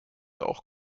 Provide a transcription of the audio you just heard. auch